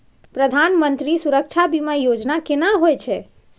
प्रधानमंत्री सुरक्षा बीमा योजना केना होय छै?